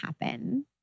happen